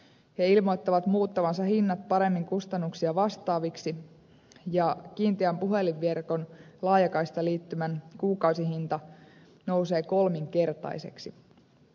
he ilmoittavat muuttavansa hinnat paremmin kustannuksia vastaaviksi ja kiinteän puhelinverkon laajakaistaliittymän kuukausihinta nousee kolminkertaiseksi